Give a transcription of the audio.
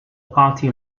party